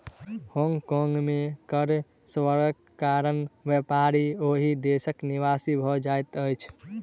Hong Kong में कर स्वर्गक कारण व्यापारी ओहि देशक निवासी भ जाइत अछिं